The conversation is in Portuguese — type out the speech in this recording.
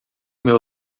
meu